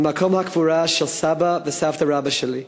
למקום הקבורה של סבא רבא וסבתא רבתא שלי,